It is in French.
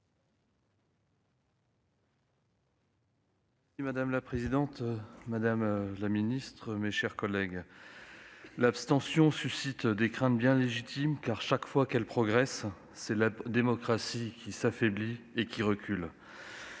Madame la présidente, madame la secrétaire d'État, mes chers collègues, l'abstention suscite des craintes bien légitimes, car chaque fois qu'elle progresse, c'est la démocratie qui s'affaiblit et qui recule.